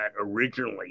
originally